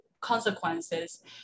Consequences